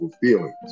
feelings